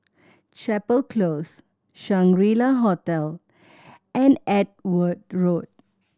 Chapel Close Shangri La Hotel and Edgware Road